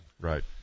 Right